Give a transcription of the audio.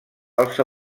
als